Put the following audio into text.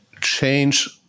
change